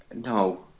No